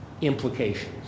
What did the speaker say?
implications